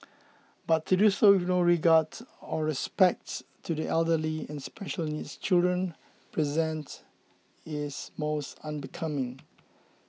but to do so with no regard to or respect to the elderly and special needs children present is most unbecoming